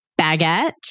baguette